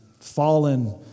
Fallen